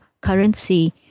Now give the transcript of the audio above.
currency